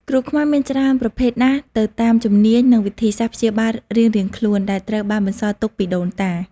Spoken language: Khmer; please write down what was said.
គ្រូខ្មែរមានច្រើនប្រភេទណាស់ទៅតាមជំនាញ និងវិធីសាស្ត្រព្យាបាលរៀងៗខ្លួន ដែលត្រូវបានបន្សល់ទុកពីដូនតា។